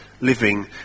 living